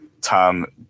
tom